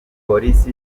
polisi